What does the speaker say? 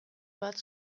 bat